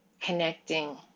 connecting